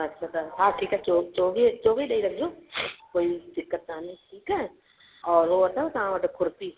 अच्छा त हा ठीकु आहे चो चोवीह चोवीह ॾई रखिजो कोई दिक़त कोन्हे की ठीकु आहे औरि उहो अथव तव्हां वटि खुर्पी